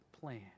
plan